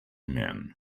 men